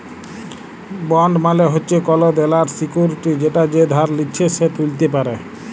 bond মালে হচ্যে collateral security যেটা যে ধার লিচ্ছে সে ত্যুলতে পারে